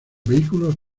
vehículos